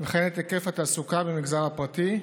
וכן את היקף התעסוקה במגזר הפרטי,